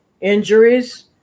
injuries